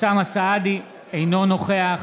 אינו נוכח